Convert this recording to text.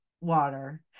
water